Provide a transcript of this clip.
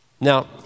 Now